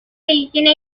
medicina